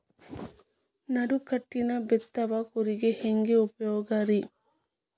ನಡುಕಟ್ಟಿನ ಬಿತ್ತುವ ಕೂರಿಗೆ ಹೆಂಗ್ ಉಪಯೋಗ ರಿ?